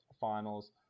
finals